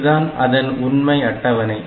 இதுதான் அதன் உண்மை அட்டவணை